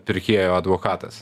pirkėjo advokatas